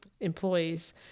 employees